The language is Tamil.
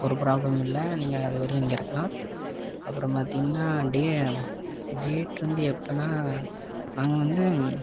ஒரு ப்ராப்ளமும் இல்லை நீங்கள் அதுவரையும் இங்கே இருக்கலாம் அப்புறம் பார்த்திங்கன்னா டேட் வந்து எப்படின்னா நாங்கள் வந்து